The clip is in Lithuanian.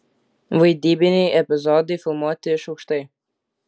vaidybiniai epizodai filmuoti iš aukštai